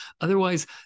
Otherwise